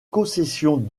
concession